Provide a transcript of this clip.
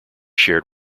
shared